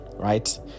Right